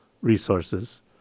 resources